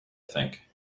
think